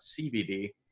CBD